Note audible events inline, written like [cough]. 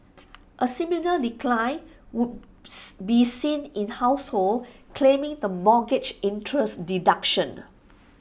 A similar decline would [noise] be seen in households claiming the mortgage interest deduction